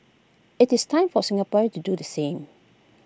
IT is time for Singaporeans to do the same